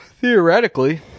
theoretically